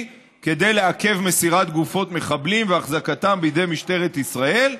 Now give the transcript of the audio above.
לעכב מסירת גופות מחבלים והחזקתם בידי משטרת ישראל.